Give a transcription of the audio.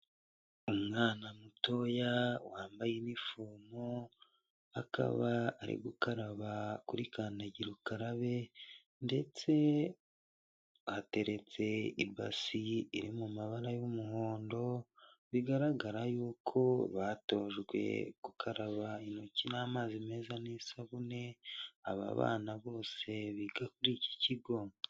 Umwana mutoya wambaye inifomo akaba ari gukaraba kuri kandagira ukarabe ndetse hateretse ibasi iri mu mabara y'umuhondo bigaragara yuko batojwe gukaraba intoki n'amazi meza n'isabune aba bana bose biga kuri iki kigo.